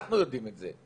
אנחנו יודעים את זה.